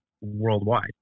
worldwide